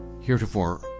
heretofore